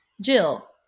Jill